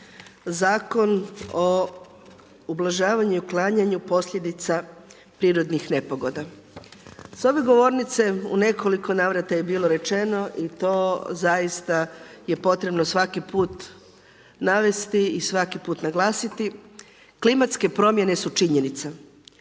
Zakon o ublažavanju i uklanjanju posljedica prirodnih nepogoda. S ove govornice u nekoliko navrata je bilo rečeno i to zaista je potrebno svaki put navesti i svaki put naglasiti, klimatske promjene su činjenica.